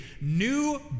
new